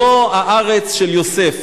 זו הארץ של יוסף,